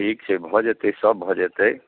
ठीक छै भऽ जेतै सब भऽ जेतै